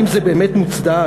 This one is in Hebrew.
האם זה באמת מוצדק?